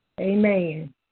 Amen